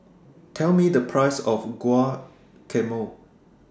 Tell Me The Price of Guacamole